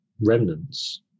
remnants